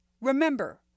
Remember